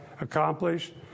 accomplished